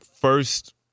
first